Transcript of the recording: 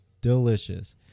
delicious